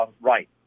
right